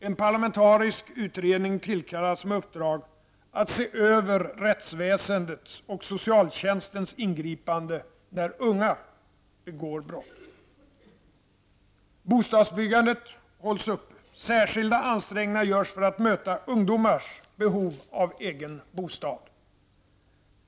En parlamentarisk utredning tillkallas med uppdrag att se över rättsväsendets och socialtjänstens ingripande när unga begår brott. Bostadsbyggandet hålls uppe. Särskilda ansträngningar görs för att möta ungdomars behov av egen bostad.